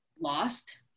lost